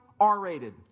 R-rated